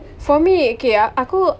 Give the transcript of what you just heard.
for me okay ak~ aku